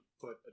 put